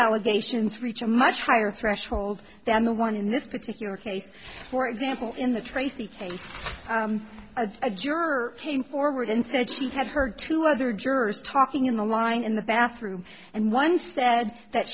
allegations reach a much higher threshold than the one in this particular case for example in the tracy case a juror came forward and said she had heard two other jurors talking in the line in the bathroom and one said that